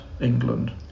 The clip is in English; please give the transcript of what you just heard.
England